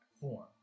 form